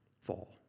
fall